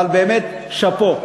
אבל באמת, "שאפו".